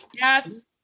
Yes